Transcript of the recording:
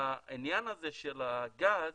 העניין הזה של הגז,